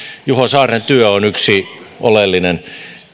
juho saaren työ on yksi oleellinen